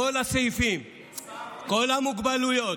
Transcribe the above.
כל הסעיפים, כל המוגבלויות,